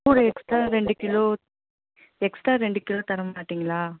கூட எக்ஸ்ட்டா ரெண்டு kilo extra ரெண்டு கிலோ தரமாட்டிங்களா